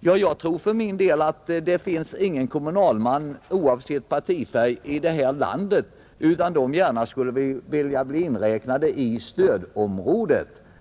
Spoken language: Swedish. Jag tror för min del att det inte finns någon kommunalman, oavsett partifärg, i det här landet som inte gärna vill ha sin kommun inräknad i stödområdet.